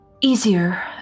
easier